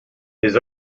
his